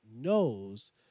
knows